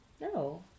No